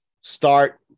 Start